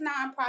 nonprofit